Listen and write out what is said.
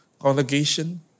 congregation